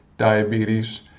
diabetes